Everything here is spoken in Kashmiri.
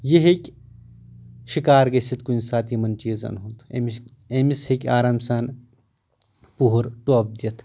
یہِ ہٮ۪کہِ شکار گٔژھِتھ کُنہِ ساتہٕ یِمن چیٖزن ہُنٛد أمِس أمِس ہٮ۪کہِ آرام سان پُہُر ٹۄپھ دِتھ